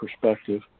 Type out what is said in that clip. perspective